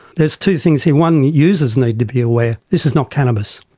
there's two things here. one, users need to be aware this is not cannabis.